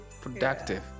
productive